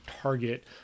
target